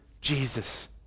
Jesus